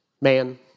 Man